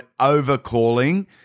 over-calling